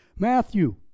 Matthew